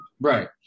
right